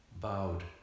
bowed